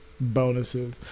Bonuses